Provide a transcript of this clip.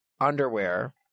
underwear